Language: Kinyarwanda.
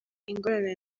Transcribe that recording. ingorane